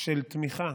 של תמיכה,